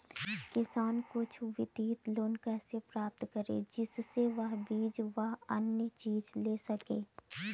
किसान कुछ वित्तीय लोन कैसे प्राप्त करें जिससे वह बीज व अन्य चीज ले सके?